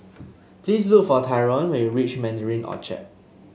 please look for Tyron when you reach Mandarin Orchard